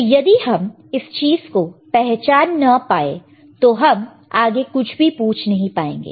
तो यदि हम इस चीज को पहचान ना पाए तो हम आगे कुछ भी पूछ नहीं पाएंगे